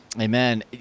Amen